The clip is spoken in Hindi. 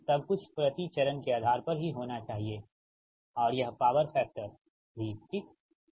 सब कुछ प्रति चरण के आधार पर ही होना चाहिए ठीक है और यह पावर फैक्टर सुधार की